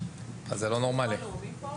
ביטחון לאומי כאן.